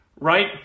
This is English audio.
right